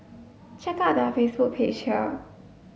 check out their Facebook page here